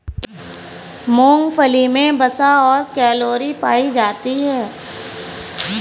मूंगफली मे वसा और कैलोरी पायी जाती है